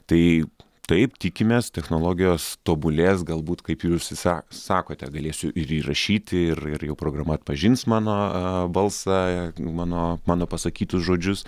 tai taip tikimės technologijos tobulės galbūt kaip jūs sa sakote galėsiu ir įrašyti ir ir jau programa atpažins mano balsą mano mano pasakytus žodžius